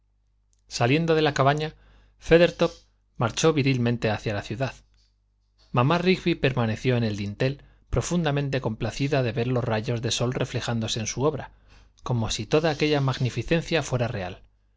saliendo de la cabaña feathertop marchó virilmente hacia la ciudad mamá rigby permaneció en el dintel profundamente complacida de ver los rayos del sol reflejándose en su obra como si toda aquella magnificencia fuera real